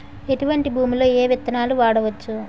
ఎటువంటి భూమిలో ఏ విత్తనాలు వాడవచ్చు?